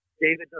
David